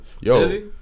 yo